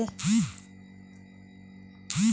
Credit card से होने वाले लाभों के बारे में बताएं?